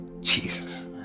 Jesus